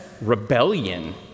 rebellion